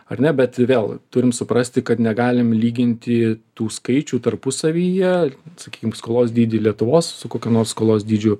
ar ne bet vėl turim suprasti kad negalim lyginti tų skaičių tarpusavyje sakykim skolos dydį lietuvos su kokiu nors skolos dydžiu